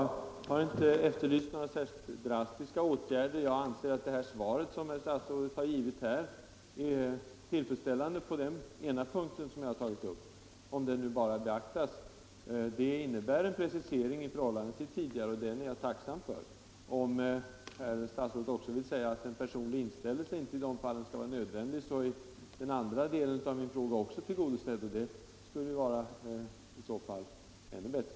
Herr talman! Jag har inte efterlyst några särskilt drastiska åtgärder. Jag anser att det svar som herr statsrådet har givit här är tillfredsställande på den ena punkten som jag har tagit upp - om det nu bara beaktas. Det innebär en precisering i förhållande till tidigare uttalanden, och det är jag tacksam för. Om herr statsrådet också vill säga att personlig inställelse inte skall vara nödvändig i dessa fall, så är den andra delen av min fråga också tillgodosedd, och det skulle i så fall vara ännu bättre.